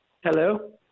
Hello